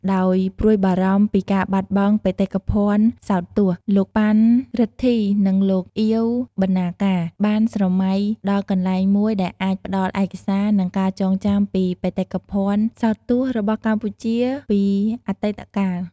ដោយព្រួយបារម្ភពីការបាត់បង់បេតិភណ្ឌសោតទស្សន៍ លោកប៉ាន់ រិទ្ធី និង លោកអៀវ បណ្ណាការ បានស្រមៃដល់កន្លែងមួយដែលអាចផ្ដល់ឯកសារ និងការចងចាំពីបេតិកភណ្ឌសោតទស្សន៍របស់កម្ពុជាពីអតីតកាល។